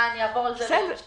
אני אעבור על זה בשתיקה?